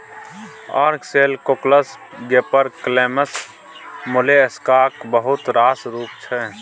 ark shell, cockles, gaper clams मोलेस्काक बहुत रास रुप छै